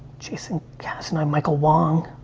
jason cast and michael wong.